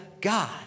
God